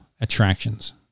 attractions